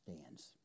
stands